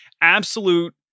Absolute